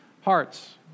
hearts